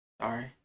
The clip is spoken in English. Sorry